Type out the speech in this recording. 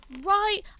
Right